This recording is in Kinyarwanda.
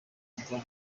yumva